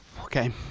Okay